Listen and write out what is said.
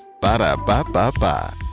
Ba-da-ba-ba-ba